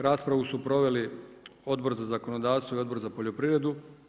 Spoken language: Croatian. Raspravu su proveli Odbor za zakonodavstvo i Odbor za poljoprivredu.